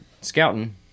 scouting